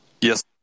Yes